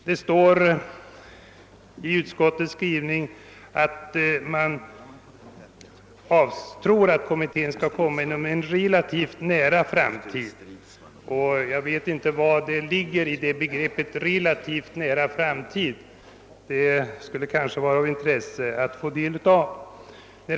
Det sägs i utskottets utlåtande att kommitténs förslag i ämnet väntas inom relativt nära framtid. Jag vet inte vad som ligger i begreppet »relativt nära framtid». Det vore kanske av intresse att få del av det.